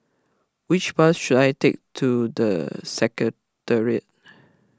which bus should I take to the Secretariat